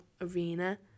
Arena